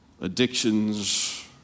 addictions